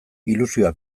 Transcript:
ilusioa